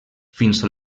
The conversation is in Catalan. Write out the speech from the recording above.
fins